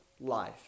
life